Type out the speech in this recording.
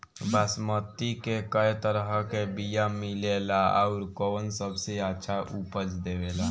बासमती के कै तरह के बीया मिलेला आउर कौन सबसे अच्छा उपज देवेला?